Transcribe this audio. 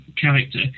character